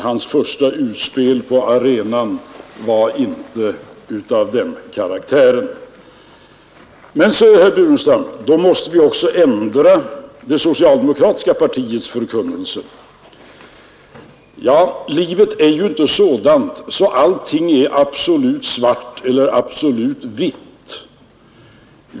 Hans första utspel på arenan var inte av den karaktären! Men, sade herr Burenstam Linder, då måste vi även ändra det socialdemokratiska partiets förkunnelse. Ja, livet är ju inte sådant att allting är absolut svart eller absolut vitt.